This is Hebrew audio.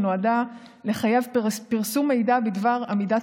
שנועדה לחייב פרסום מידע בדבר עמידת